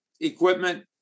equipment